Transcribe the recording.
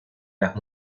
las